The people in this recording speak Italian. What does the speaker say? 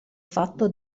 fatto